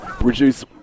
reduce